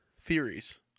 theories